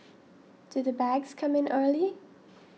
do the bags come in early